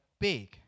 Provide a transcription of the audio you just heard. big